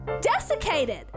desiccated